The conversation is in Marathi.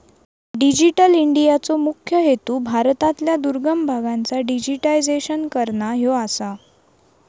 डिजिटल इंडियाचो मुख्य हेतू भारतातल्या दुर्गम भागांचा डिजिटायझेशन करना ह्यो आसा